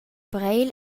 breil